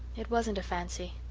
it wasn't a fancy,